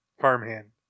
Farmhand